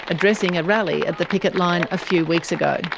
addressing a rally at the picket line a few weeks ago.